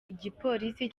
igipolisi